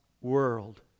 world